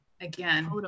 again